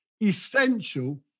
essential